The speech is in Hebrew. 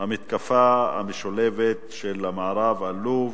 המתקפה המשולבת של המערב על לוב,